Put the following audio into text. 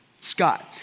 Scott